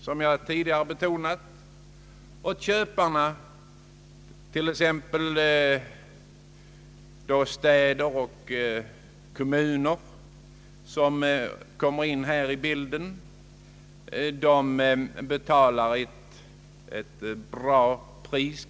Som jag tidigare har betonat, betalar köparna — t.ex. kommuner — många gånger ett för högt pris.